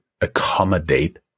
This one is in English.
accommodate